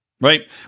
right